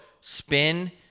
spin